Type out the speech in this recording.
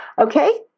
okay